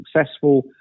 successful